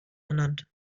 ernannt